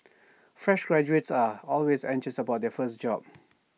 fresh graduates are always anxious about their first job